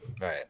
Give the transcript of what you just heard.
Right